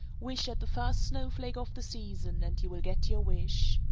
wish at the first snowflake of the season, and you will get your wish.